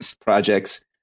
projects